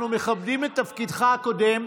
אנחנו מכבדים את תפקידך הקודם.